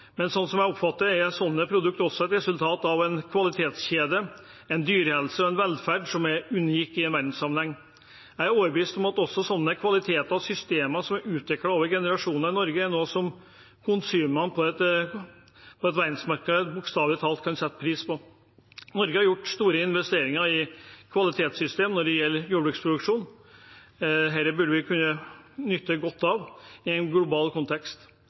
men slik jeg oppfatter det, er slike produkter også et resultat av en kvalitetskjede, en dyrehelse og -velferd som er unik i verdenssammenheng. Jeg er overbevist om at også kvaliteter og systemer som er utviklet over generasjoner i Norge, er noe som konsumenter på et verdensmarked bokstavelig talt kan sette pris på. Norge har gjort store investeringer i kvalitetssystemer når det gjelder jordbruksproduksjon. Dette burde vi kunne nyte godt av i en global kontekst.